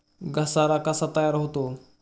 घसारा कसा तयार होतो?